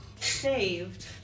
saved